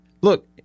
Look